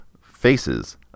faces